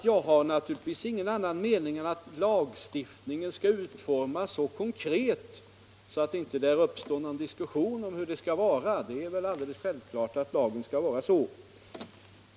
Jag har naturligtvis ingen annan mening än att lagstiftningen skall utformas så konkret som möjligt, så att det inte uppstår någon diskussion om hur lagen skall tolkas.